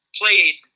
played